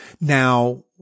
Now